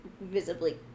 visibly